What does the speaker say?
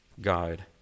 guide